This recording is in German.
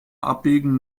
abbiegen